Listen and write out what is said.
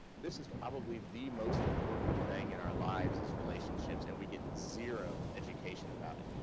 this is probably the most important thing in our lives, is relationships, and we get zero education about it.